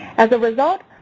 as a result,